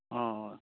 ᱚᱻ